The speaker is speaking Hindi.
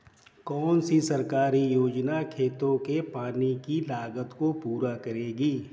कौन सी सरकारी योजना खेतों के पानी की लागत को पूरा करेगी?